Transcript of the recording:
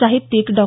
साहित्यिक डॉ